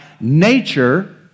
nature